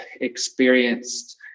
experienced